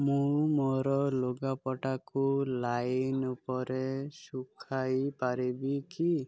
ମୁଁ ମୋର ଲୁଗାପଟାକୁ ଲାଇନ୍ ଉପରେ ଶୁଖାଇ ପାରିବି କି